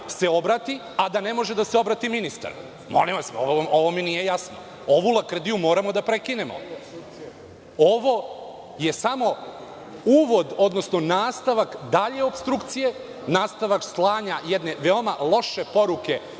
se obrati, a da ne može da se obrati ministar. Molim vas, ovo mi nije jasno. Ovu lakrdiju moramo da prekinemo. Ovo je samo uvod odnosno nastavak dalje opstrukcije, nastavak slanja jedne veoma loše poruke